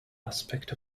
aspect